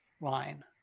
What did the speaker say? line